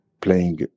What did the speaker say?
playing